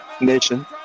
Nation